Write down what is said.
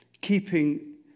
keeping